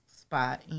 spot